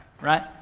right